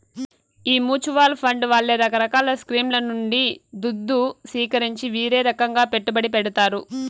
ఈ mutual fund వాళ్లే రకరకాల స్కీంల నుండి దుద్దు సీకరించి వీరే రకంగా పెట్టుబడి పెడతారు